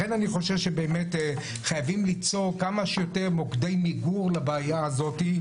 לכן אני חושב שבאמת חייבים ליצור כמה שיותר מוקדי מיגון לבעיה הזאת.